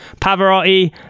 Pavarotti